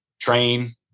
train